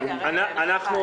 אתך.